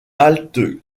halte